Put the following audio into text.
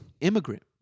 Immigrant